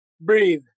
Breathe